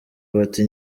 bati